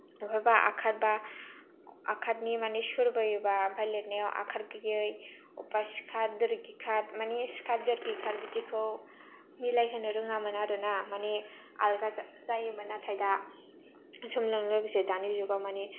अफायबा आखार बा आखारनि माने सुर बोयोब्ला आमफ्राय लिरनायाव आखार गोयै अबेबा सिखार दोर्गिखार मानि सिखार दोर्गिखार बिदिखौ मिलायहोनो रोङामोन आरो ना मानि आल्गा जायोमोन नाथाय दा समजों लोगोसे दानि जुगाव मानि